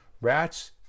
Rats